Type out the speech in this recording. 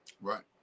Right